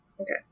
Okay